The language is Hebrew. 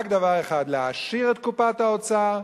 רק דבר אחד, להעשיר את קופת האוצר,